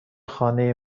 خانه